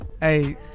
hey